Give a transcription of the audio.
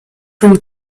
cream